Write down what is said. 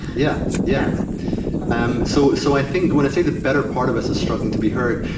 yeah yeah um so so i think when i say the better part of us is struggling to be heard,